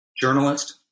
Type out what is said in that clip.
journalist